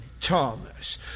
Thomas